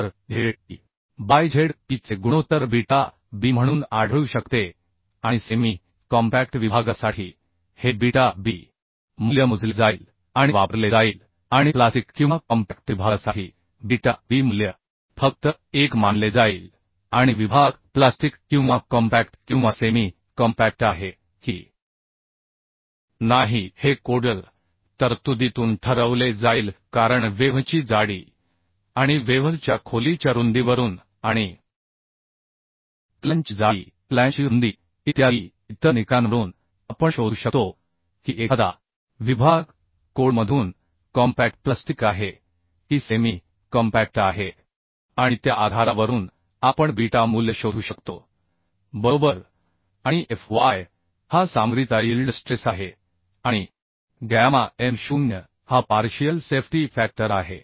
तर Ze by Zp चे गुणोत्तर बीटा b म्हणून आढळू शकते आणि सेमी कॉम्पॅक्ट विभागासाठी हे बीटा b मूल्य मोजले जाईल आणि वापरले जाईल आणि प्लास्टिक किंवा कॉम्पॅक्ट विभागासाठी बीटा b मूल्य फक्त 1 मानले जाईल आणि विभाग प्लास्टिक किंवा कॉम्पॅक्ट किंवा सेमी कॉम्पॅक्ट आहे की नाही हे कोडल तरतुदीतून ठरवले जाईल कारण वेव्हची जाडी आणि वेव्ह च्या खोलीच्या रुंदीवरून आणि क्लॅंजची जाडी क्लॅंजची रुंदी इत्यादी इतर निकषांवरून आपण शोधू शकतो की एखादा विभाग कोडमधून कॉम्पॅक्ट प्लास्टिक आहे की सेमी कॉम्पॅक्ट आहे आणि त्या आधारावरून आपण बीटा मूल्य शोधू शकतो बरोबर आणि Fy हा सामग्रीचा यील्ड स्ट्रेस आहे आणि गॅमा एम 0 हा पार्शियल सेफ्टी फॅक्टर आहे